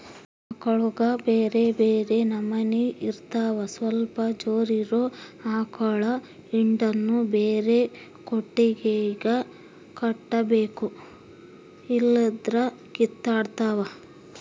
ಆಕಳುಗ ಬ್ಯೆರೆ ಬ್ಯೆರೆ ನಮನೆ ಇರ್ತವ ಸ್ವಲ್ಪ ಜೋರಿರೊ ಆಕಳ ಹಿಂಡನ್ನು ಬ್ಯಾರೆ ಕೊಟ್ಟಿಗೆಗ ಕಟ್ಟಬೇಕು ಇಲ್ಲಂದ್ರ ಕಿತ್ತಾಡ್ತಾವ